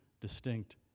distinct